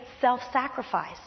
self-sacrifice